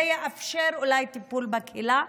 זה יאפשר אולי טיפול בקהילה,